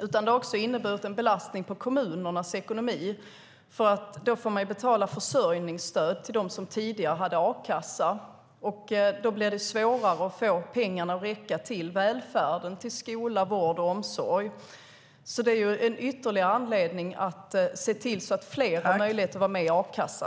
utan det har också inneburit en belastning på kommunernas ekonomi. Kommunerna måste ge försörjningsstöd till dem som tidigare hade a-kassa, vilket gör att det blir svårare att få pengarna att räcka till välfärden, till skolan, vården och omsorgen. Det är ytterligare en anledning att se till att fler har möjlighet att vara med i a-kassan.